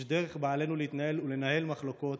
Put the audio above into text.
יש דרך שבה עלינו להתנהל ולנהל מחלוקות,